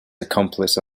accomplice